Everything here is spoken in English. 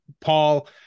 Paul